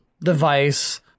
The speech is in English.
device